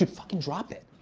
fucking drop it.